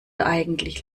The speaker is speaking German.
eigentlich